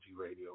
Radio